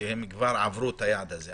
איזה משרדים עברו כבר את היעד הזה?